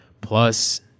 Plus